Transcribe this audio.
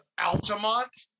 Altamont